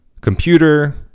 computer